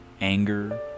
anger